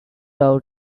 out